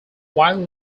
while